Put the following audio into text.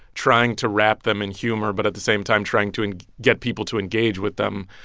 trying to wrap them in humor, but at the same time, trying to and get people to engage with them.